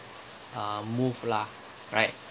uh move lah right